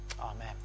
Amen